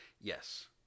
Yes